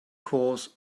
course